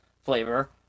flavor